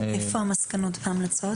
איפה המסקנות וההמלצות?